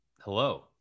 hello